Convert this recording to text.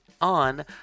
on